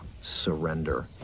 surrender